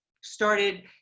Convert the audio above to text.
started